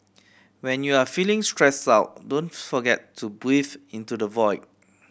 when you are feeling stressed out don't forget to breathe into the void